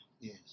Yes